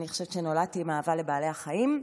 אני חושבת שנולדתי עם אהבה לבעלי החיים.